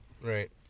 right